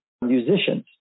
musicians